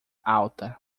alta